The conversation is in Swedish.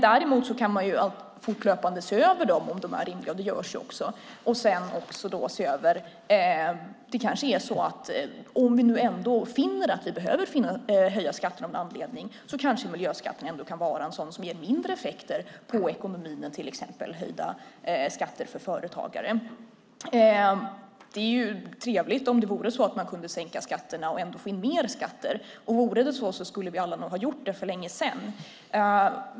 Däremot kan man fortlöpande se över dem så att de är rimliga, och det görs också. Om vi ändå finner att vi behöver höja skatterna av någon anledning kanske miljöskatten kan vara en sådan som ger mindre effekter på ekonomin än till exempel höjda skatter för företagare. Det vore trevligt om man kunde sänka skatterna och ändå få in mer skatter. Vore det så skulle vi nog alla ha gjort det för länge sedan.